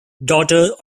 daughter